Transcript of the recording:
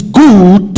good